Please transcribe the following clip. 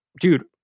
dude